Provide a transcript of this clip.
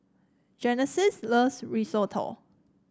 Genesis loves Risotto